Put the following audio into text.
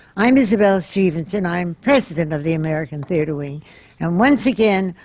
i'm isabelle stevenson. i am president of the american theatre wing. and once again,